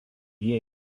jie